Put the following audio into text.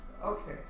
Okay